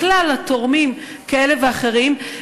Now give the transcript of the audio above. בכלל לתורמים כאלה ואחרים?